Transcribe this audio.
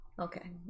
Okay